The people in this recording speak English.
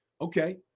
okay